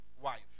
wife